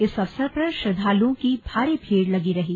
इस अवसर पर श्रद्दालुओं की भारी भीड़ लगी रही